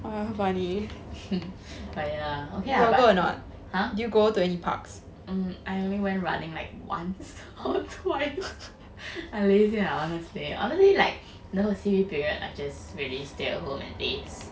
but ya okay lah but !huh! um I only went running like once or twice I lazy lah honestly honestly like no C_B period I just really stay at home and laze